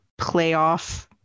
playoff